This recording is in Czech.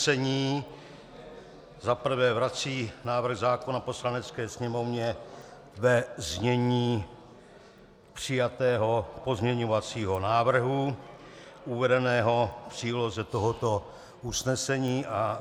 1. vrací návrh zákona Poslanecké sněmovně ve znění přijatého pozměňovacího návrhu uvedeného v příloze tohoto usnesení a